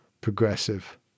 progressive